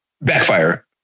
backfire